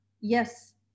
yes